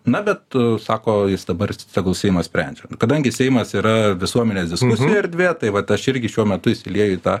na bet sako jis dabar tegul seimas sprendžia kadangi seimas yra visuomenės diskusijų erdvė tai vat aš irgi šiuo metu įsilieju į tą